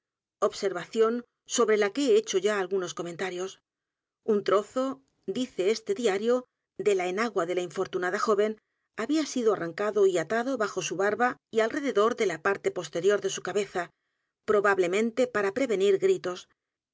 observación sobre la que he hecho ya algunos comentarios u n trozo dice este diario de la enagua de la infortunada joven había sido arrancado y atado bajo su barba y alrededor de la parte posterior de su cabeza probablemente para prevenir gritos